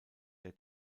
der